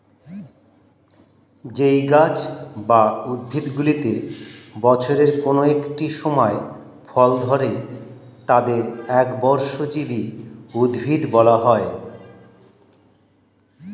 যেই গাছ বা উদ্ভিদগুলিতে বছরের কোন একটি সময় ফল ধরে তাদের একবর্ষজীবী উদ্ভিদ বলা হয়